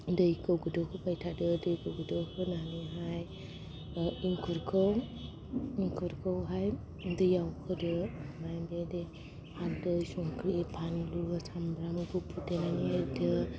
दैखौ गोदौ होबाय थादो दैखौ गोदौ होनानै हाय इंखुरखौ दैआव होदो ओमफाय बे दैआव हालदै संख्रि फानलु सामब्राम गुफुर देनानै होदो